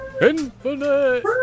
Infinite